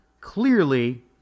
Clearly